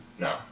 No